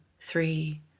three